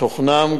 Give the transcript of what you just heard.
תוכנן,